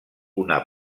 una